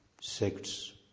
sects